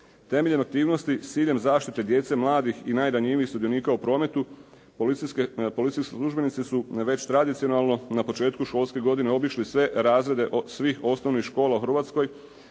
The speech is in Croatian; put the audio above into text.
Temeljem aktivnosti s ciljem zaštite djece, mladih i najranjivijih sudionika u prometu, policijski službenici su već tradicionalno na početku školske godine obišli sve razrede svih osnovnih škola u Hrvatskoj